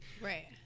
Right